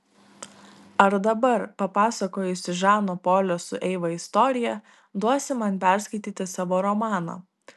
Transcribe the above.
ar dabar papasakojusi žano polio su eiva istoriją duosi man perskaityti savo romaną